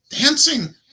Dancing